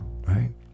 right